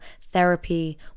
therapy